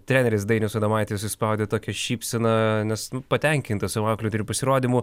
treneris dainius adomaitis išspaudė tokią šypseną nes patenkintas savo auklėtinių pasirodymu